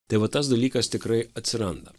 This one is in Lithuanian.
tai va tas dalykas tikrai atsiranda